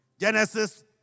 Genesis